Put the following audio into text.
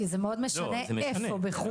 זה מאוד משנה איפה בחו"ל,